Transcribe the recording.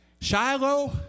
Shiloh